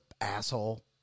asshole